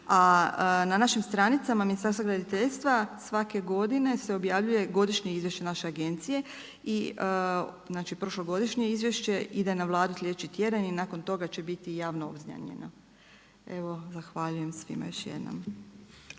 A na našim stranicama Ministarstva graditeljstva svake godine se objavljuje godišnje izvješće naše agencije i prošlogodišnje izvješće ide na Vladu sljedeći tjedan i nakon toga će biti javno obznanjeno. Evo zahvaljujem svima još jednom.